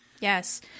Yes